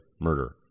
murder